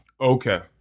Okay